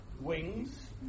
Wings